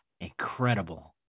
incredible